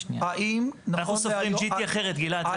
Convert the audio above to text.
אנחנו סופרים GT אחרת, גלעד.